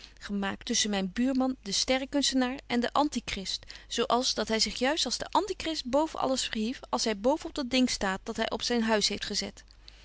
gemaakt tusschen myn buurman den sterrekunstenaar en den antichrist zo als dat hy zich juist als de antichrist boven alles verhief als hy boven op dat ding staat dat hy op zyn huis heeft gezet